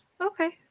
Okay